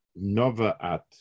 Novaat